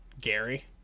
gary